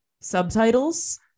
subtitles